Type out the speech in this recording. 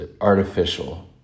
artificial